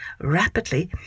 Rapidly